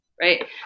right